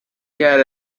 get